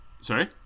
Sorry